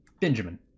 Benjamin